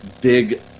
big